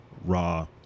raw